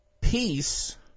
peace